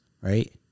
right